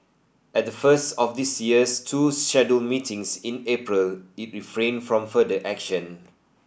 at the first of this year's two scheduled meetings in April it refrained from further action